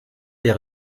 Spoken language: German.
der